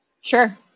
Sure